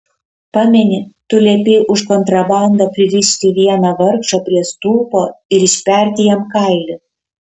pameni tu liepei už kontrabandą pririšti vieną vargšą prie stulpo ir išperti jam kailį